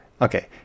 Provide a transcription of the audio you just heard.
Okay